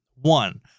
One